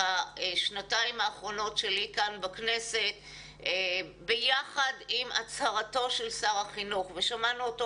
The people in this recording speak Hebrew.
השנתיים האחרונות שלי כאן בכנסת ביחד עם הצהרתו של שר החינוך ושמענו אותו